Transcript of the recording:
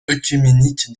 œcuménique